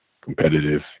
competitive